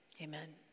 Amen